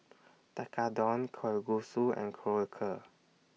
Tekkadon Kalguksu and Korokke